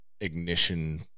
ignition